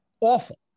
Awful